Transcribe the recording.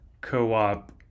co-op